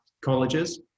colleges